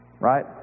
Right